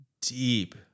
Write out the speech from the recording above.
deep